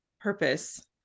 purpose